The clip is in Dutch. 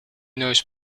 neus